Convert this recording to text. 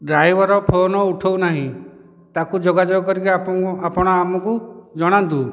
driver phone ଉଠାଉନାହିଁ ତାକୁ ଯୋଗାଯୋଗ କରିକି ଆପଣ ଆପଣ ଆମକୁ ଜଣାନ୍ତୁ